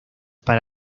para